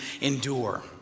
endure